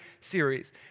series